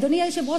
אדוני היושב-ראש,